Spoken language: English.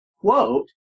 quote